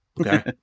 Okay